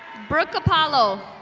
brook apollo.